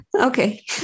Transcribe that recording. Okay